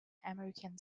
american